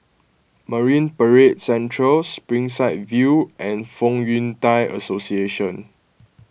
Marine Parade Central Springside View and Fong Yun Thai Association